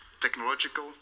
technological